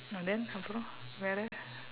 no then how come வேற:veera